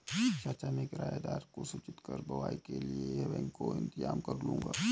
चाचा मैं किराएदार को सूचित कर बुवाई के लिए बैकहो इंतजाम करलूंगा